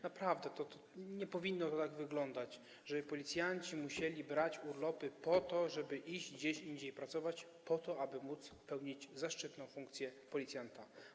Naprawdę nie powinno to tak wyglądać, żeby policjanci musieli brać urlopy po to, żeby iść gdzieś indziej pracować, po to, aby móc pełnić zaszczytną funkcję policjanta.